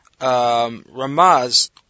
Ramaz